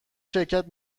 شرکت